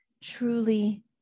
truly